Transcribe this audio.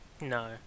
no